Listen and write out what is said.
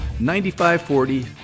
9540